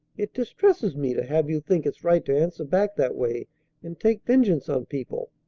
it distresses me to have you think it's right to answer back that way and take vengeance on people.